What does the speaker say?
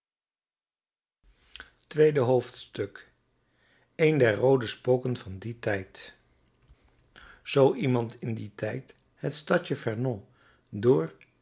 tweede hoofdstuk een der roode spoken van dien tijd zoo iemand in dien tijd het stadje vernon door